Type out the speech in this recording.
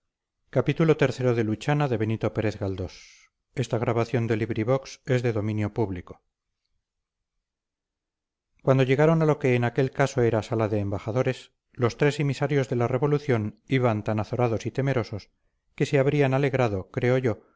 entrando cuando llegaron a lo que en aquel caso era sala de embajadores los tres emisarios de la revolución iban tan azorados y temerosos que se habrían alegrado creo yo